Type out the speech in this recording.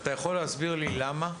אתה יכול להסביר לי למה?